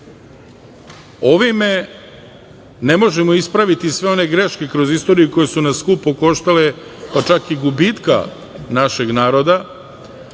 Ovim ne možemo ispraviti sve one greške kroz istoriju koje su nas skupo koštale, čak i gubitka našeg naroda,